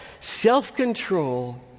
self-control